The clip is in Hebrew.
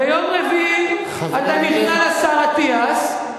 ביום רביעי אתה נכנע לשר אטיאס,